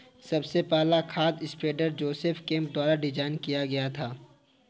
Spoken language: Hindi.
सबसे पहला खाद स्प्रेडर जोसेफ केम्प द्वारा डिजाइन किया गया था